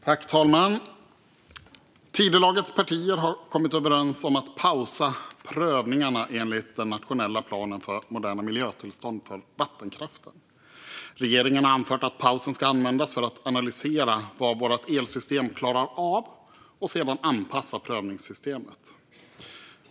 Fru talman! Tidölagets partier har kommit överens om att pausa prövningarna enligt den nationella planen för moderna miljötillstånd för vattenkraften. Regeringen har anfört att pausen ska användas för att analysera vad vårt elsystem klarar av och sedan anpassa prövningssystemet.